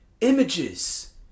images